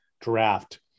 draft